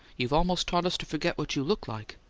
you've almost taught us to forget what you look like.